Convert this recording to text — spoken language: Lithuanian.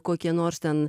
kokie nors ten